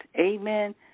Amen